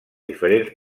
diferents